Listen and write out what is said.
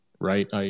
right